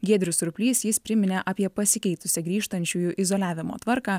giedrius surplys jis priminė apie pasikeitusią grįžtančiųjų izoliavimo tvarką